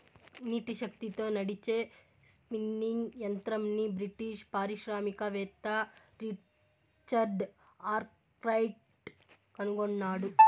నీటి శక్తితో నడిచే స్పిన్నింగ్ యంత్రంని బ్రిటిష్ పారిశ్రామికవేత్త రిచర్డ్ ఆర్క్రైట్ కనుగొన్నాడు